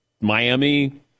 Miami